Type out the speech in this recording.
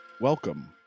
Welcome